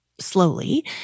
slowly